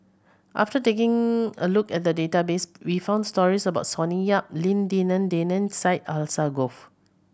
after taking a look at the database we found stories about Sonny Yap Lim Denan Denon Syed Alsagoff